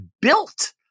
built